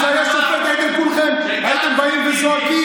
אם זה היה שופט, הייתם כולכם, הייתם באים וזועקים.